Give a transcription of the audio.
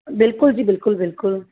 ਬਿਲਕੁਲ ਜੀ ਬਿਲਕੁਲ ਬਿਲਕੁਲ